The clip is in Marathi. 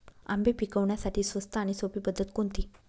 आंबे पिकवण्यासाठी स्वस्त आणि सोपी पद्धत कोणती?